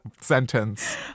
sentence